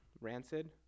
Rancid